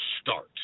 start